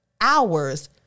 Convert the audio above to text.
hours